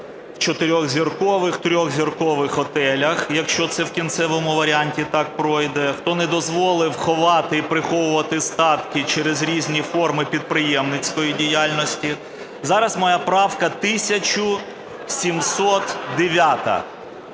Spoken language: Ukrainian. у чотиризіркових, тризіркових готелях, якщо це в кінцевому варіанті так пройде, хто не дозволив ховати і приховувати статки через різні форми підприємницької діяльності. Зараз моя правка 1709.